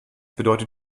bedeutet